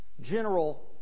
general